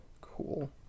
Cool